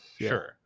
sure